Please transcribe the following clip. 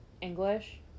English